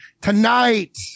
tonight